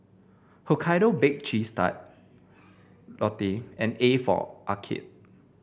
Hokkaido Baked Cheese Tart Lotte and A for Arcade